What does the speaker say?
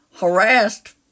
harassed